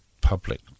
public